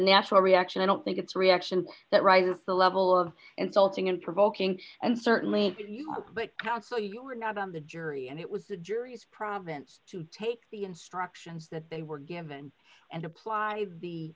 natural reaction i don't think it's reaction that rises the level of insulting and provoking and certainly but now so you're not on the jury and it was the jury's province to take the instructions that they were given and apply the